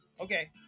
Okay